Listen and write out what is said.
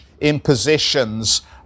impositions